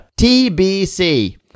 TBC